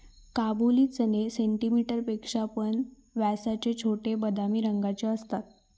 काबुली चणे सेंटीमीटर पेक्षा पण व्यासाचे छोटे, बदामी रंगाचे असतत